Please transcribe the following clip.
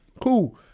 Cool